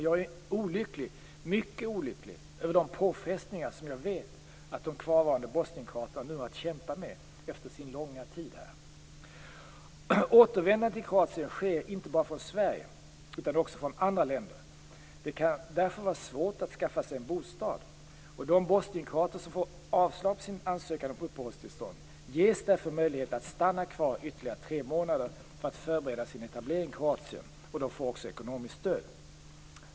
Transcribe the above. Jag är mycket olycklig över de påfrestningar som jag vet att de kvarvarande bosnienkroaterna nu har att kämpa med efter sin långa tid här. Återvändande till Kroatien sker inte bara från Sverige utan också från andra länder. Det kan därför vara svårt att skaffa sig en bostad. De bosnienkroater som får avslag på sin ansökan om uppehållstillstånd ges därför möjlighet att stanna kvar här ytterligare tre månader för att förbereda sin etablering i Kroatien. De får också ekonomiskt stöd.